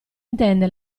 intende